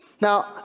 Now